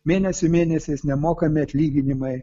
mėnesių mėnesiais nemokami atlyginimai